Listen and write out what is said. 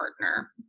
partner